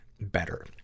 Better